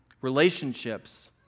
Relationships